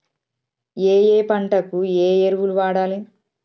ఏయే పంటకు ఏ ఎరువులు వాడాలి?